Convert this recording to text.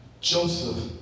Joseph